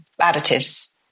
additives